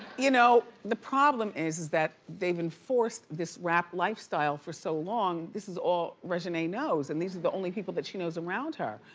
you know the problem is is that they've enforced this rap lifestyle for so long, this is all reginae knows and these are the only people that she knows around her.